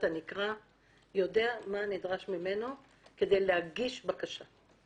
הנקרא יודע מה נדרש ממנו כדי להגיש בקשה.